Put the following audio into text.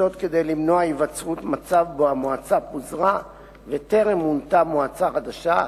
וזאת כדי למנוע היווצרות מצב שבו המועצה פוזרה בטרם מונתה מועצה חדשה,